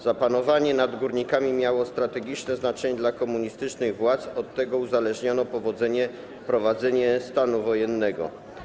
Zapanowanie nad górnikami miało strategiczne znaczenie dla komunistycznych władz, od tego uzależniono powodzenie wprowadzonego stanu wojennego.